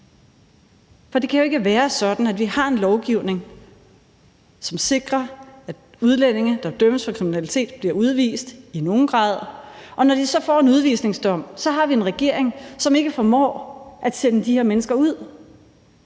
For det kan jo ikke være sådan, at vi har en lovgivning, som sikrer, at udlændinge, der dømmes for kriminalitet, bliver udvist – i nogen grad. Og når de så får en udvisningsdom, har vi en regering, som ikke formår at sende de her mennesker ud,